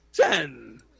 Ten